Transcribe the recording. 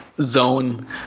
zone